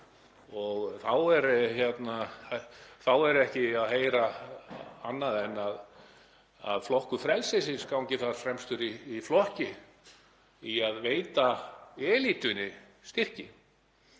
Þá er ekki að heyra annað en að flokkur frelsisins gangi þar fremstur í flokki í að veita elítunni styrki.